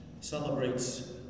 celebrates